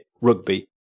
rugby